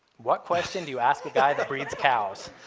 what question do you ask a guy that breeds cows?